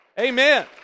Amen